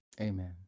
Amen